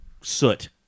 soot